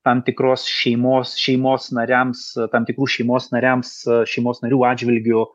tam tikros šeimos šeimos nariams tam tikrų šeimos nariams šeimos narių atžvilgiu